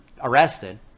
arrested